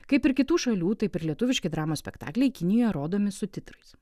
kaip ir kitų šalių taip ir lietuviški dramos spektakliai kinijoje rodomi subtitrais